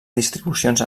distribucions